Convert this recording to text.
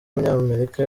w’umunyamerika